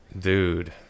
Dude